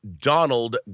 Donald